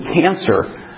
cancer